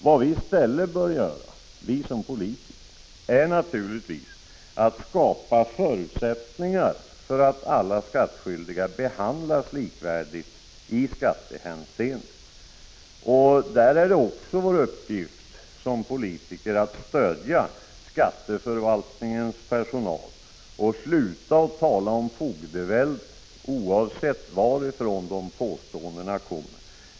Vad vi som politiker i stället bör göra är naturligtvis att skapa förutsättningar för att alla skattskyldiga behandlas likvärdigt i skattehänseende. Det är också vår uppgift att stödja skatteförvaltningens personal och sluta att tala om fogdevälde.